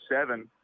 seven